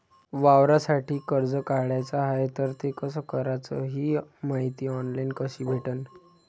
वावरासाठी कर्ज काढाचं हाय तर ते कस कराच ही मायती ऑनलाईन कसी भेटन?